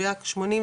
בשכר,